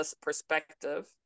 perspective